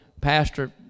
pastor